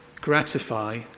gratify